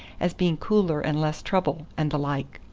as being cooler and less trouble, and the like.